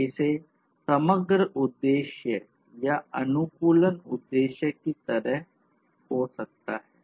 इसे समग्र उद्देश्य या अनुकूलन उद्देश्य की तरह होता जा सकता है